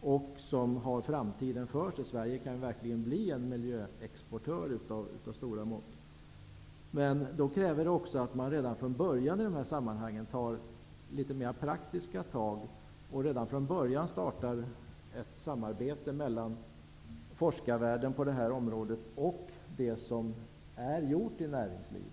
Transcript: och som har framtiden för sig. Sverige kan verkligen bli en ''miljöexportör'' av stora mått. Men då krävs det också att man tar litet mera praktiska tag i sammanhanget och redan från början startar ett samarbete mellan forskarvärlden på området och det som är gjort i näringslivet.